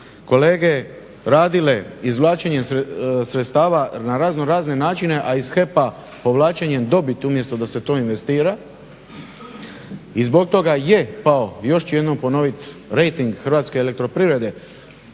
kolege radile izvlačenjem sredstava na raznorazne načine, a iz HEP-a povlačenjem dobiti umjesto da se to investira i zbog toga je pao, još ću jednom ponoviti, rejting HEP-a naglašeno zbog